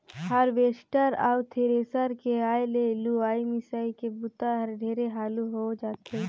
harvester अउ thresher के आए ले लुवई, मिंसई के बूता हर ढेरे हालू हो जाथे